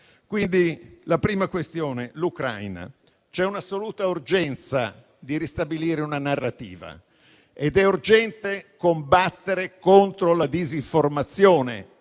alla prima questione, l'Ucraina, c'è un'assoluta urgenza di ristabilire una narrativa ed è urgente combattere contro la disinformazione